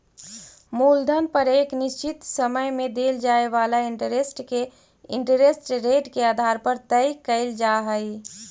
मूलधन पर एक निश्चित समय में देल जाए वाला इंटरेस्ट के इंटरेस्ट रेट के आधार पर तय कईल जा हई